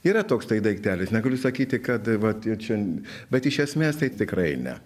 yra toks daiktelis negaliu sakyti kad vat ir čia bet iš esmės tai tikrai ne